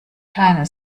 keine